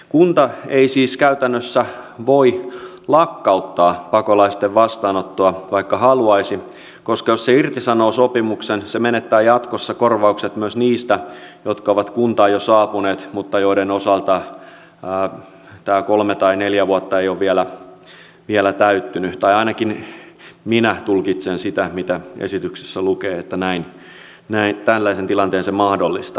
kunta ei siis käytännössä voi lakkauttaa pakolaisten vastaanottoa vaikka haluaisi koska jos se irtisanoo sopimuksen se menettää jatkossa korvaukset myös niistä jotka ovat kuntaan jo saapuneet mutta joiden osalta tämä kolme tai neljä vuotta ei ole vielä täyttynyt tai ainakin minä tulkitsen sitä mitä esityksessä lukee niin että tällaisen tilanteen se mahdollistaa